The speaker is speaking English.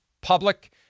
public